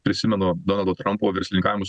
prisimenu donaldo trumpo verslininkavimus